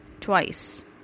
twice